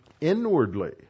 inwardly